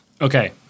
Okay